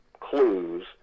clues